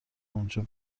اونجا